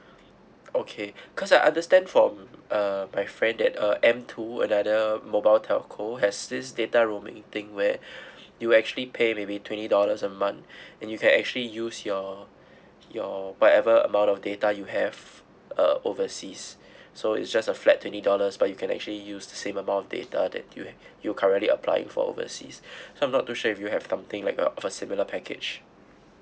okay cause I understand from uh my friend that uh M 2 another mobile telco has this data roaming thing where you actually pay maybe twenty dollars a month and you can actually use your your whatever amount of data you have uh overseas so is just a flat twenty dollars but you can actually use the same amount of data that you currently applying for overseas so I'm not too sure if you have something like uh similar package